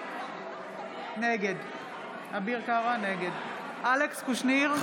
נגד אלכס קושניר,